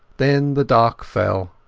then the dark fell,